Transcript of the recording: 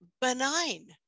benign